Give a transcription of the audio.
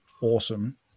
awesome